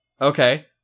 Okay